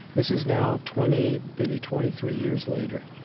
this is now twenty, maybe twenty three years later.